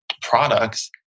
products